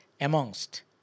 amongst